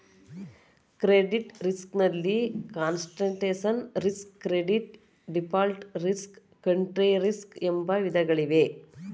credit risk ನಲ್ಲಿ concentration risk, credit default risk, country risk ಎಂಬ ವಿಧಗಳಿವೆ